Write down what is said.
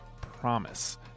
promise